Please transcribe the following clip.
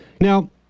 Now